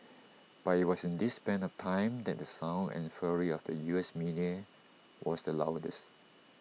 but IT was in this span of time that the sound and fury of the U S media was the loudest